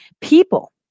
people